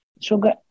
sugar